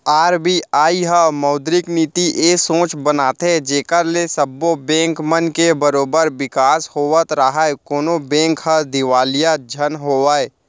RBI ह मौद्रिक नीति ए सोच बनाथे जेखर ले सब्बो बेंक मन के बरोबर बिकास होवत राहय कोनो बेंक ह दिवालिया झन होवय